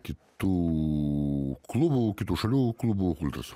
kitų klubų kitų šalių klubų kultus